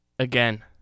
Again